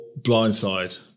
blindside